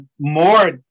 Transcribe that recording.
more